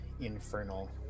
Infernal